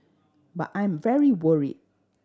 but I am very worried